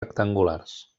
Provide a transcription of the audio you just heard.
rectangulars